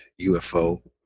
UFO